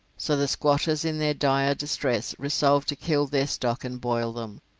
so the squatters in their dire distress resolved to kill their stock and boil them,